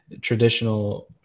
traditional